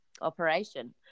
operation